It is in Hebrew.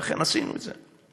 ואכן עשינו את זה.